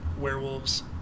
werewolves